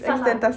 [sial] lah